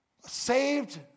saved